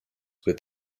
with